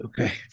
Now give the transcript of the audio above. Okay